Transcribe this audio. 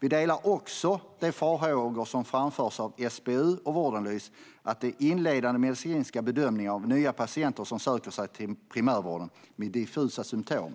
Vi delar också de farhågor som framförs av SBU och Vårdanalys om att den inledande medicinska bedömningen av nya patienter som söker sig till primärvården med diffusa symtom